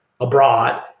abroad